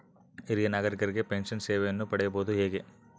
ಹಿರಿಯ ನಾಗರಿಕರಿಗೆ ಪೆನ್ಷನ್ ಸೇವೆಯನ್ನು ಪಡೆಯುವುದು ಹೇಗೆ?